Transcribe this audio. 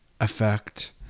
effect